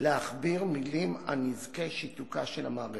"להכביר מלים על נזקי שיתוקה של המערכת,